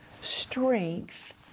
strength